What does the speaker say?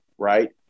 Right